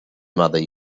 mother